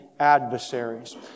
adversaries